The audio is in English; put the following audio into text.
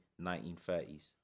1930s